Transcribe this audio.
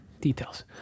Details